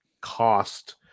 cost